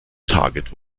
target